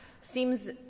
seems